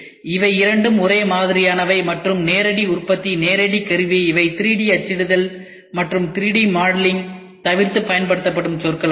அவை இரண்டும் ஒரே மாதிரியானவை மற்றும் நேரடி உற்பத்தி நேரடி கருவி இவை 3D அச்சிடுதல் மற்றும் 3D மாடலிங் தவிர்த்து பயன்படுத்தப்படும் சொற்களாகும்